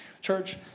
Church